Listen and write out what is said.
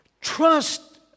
trust